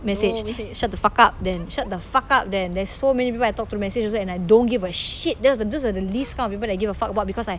message shut the fuck up then shut the fuck up then there's so many people I talk through message also and I don't give a shit that was the those are the least kind of people that I give a fuck about because I